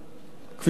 כפי שאמרתי,